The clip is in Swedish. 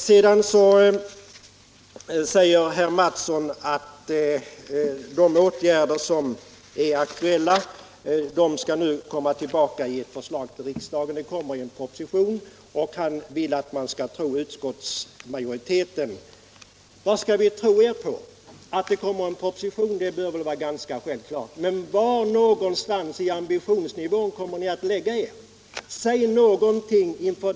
Herr Mattsson säger vidare att de åtgärder som är aktuella nu skall komma tillbaka i proposition till riksdagen, och han vill att vi skall tro på vad utskottsmajoriteten här uttalar. Vad är det vi skall tro på? Att det kommer en proposition förefaller ganska klart, men var kommer ni att lägga er i ambitionsnivån?